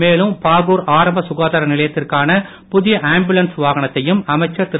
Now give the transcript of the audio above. மேலும் பாகூர் ஆரம்ப சுகாதார நிலையத்திற்கான புதிய ஆம்புலன்ஸ் வாகனத்தையும் அமைச்சர் திரு